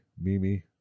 Mimi